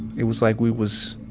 it was like we was